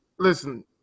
Listen